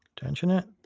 tension it.